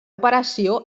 operació